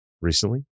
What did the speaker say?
recently